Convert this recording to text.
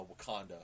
Wakanda